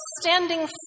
standing